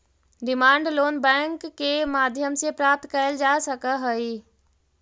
demand loan bank के माध्यम से प्राप्त कैल जा सकऽ हइ